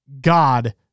God